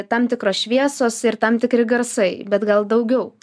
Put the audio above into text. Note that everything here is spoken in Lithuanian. tam tikros šviesos ir tam tikri garsai bet gal daugiau